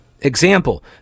Example